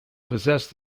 possessed